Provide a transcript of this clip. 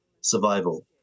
survival